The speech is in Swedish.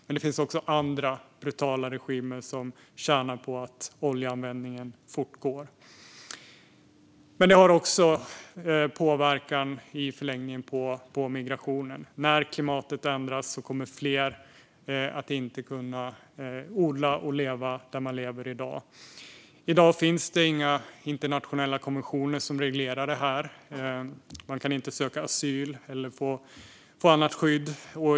Men det finns också andra brutala regimer som tjänar på att oljeanvändningen fortgår. Den har också i förlängningen påverkan på migrationen. När klimatet ändras kommer det att bli fler som inte kan odla och leva där de gör det i dag. I dag finns det inga internationella konventioner som reglerar det här. Man kan inte söka asyl eller få annat skydd.